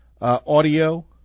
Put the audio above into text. audio